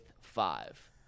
five